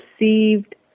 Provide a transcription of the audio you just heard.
received